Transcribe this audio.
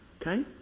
Okay